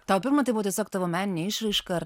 tau pirma tai buvo tiesiog tavo meninė išraiška ar